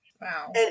Wow